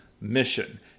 mission